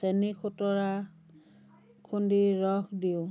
চেনি খুতৰা খুন্দি ৰস দিওঁ